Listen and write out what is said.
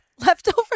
Leftover